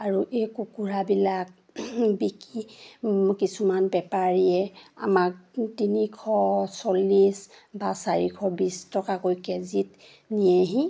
আৰু এই কুকুৰাবিলাক বিকি কিছুমান বেপাৰীয়ে আমাক তিনিশ চল্লিছ বা চাৰিশ বিছ টকাকৈ কেজিত নিয়েহি